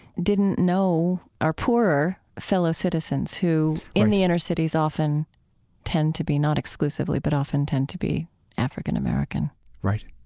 didn't know our poorer fellow citizens who in the inner cities often tend to be not exclusively, but often tend to be african american right.